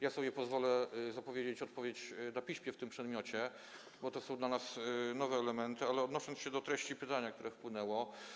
Ja sobie pozwolę zapowiedzieć odpowiedź na piśmie w tym przedmiocie, bo to są dla nas nowe elementy, a odniosę się do treści pytania, które wpłynęło.